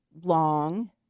long